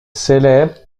célèbre